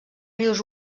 rius